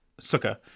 Sukkah